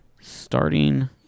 starting –